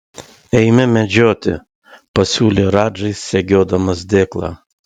eime medžioti pasiūlė radžai segiodamas dėklą